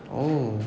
oh